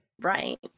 Right